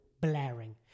blaring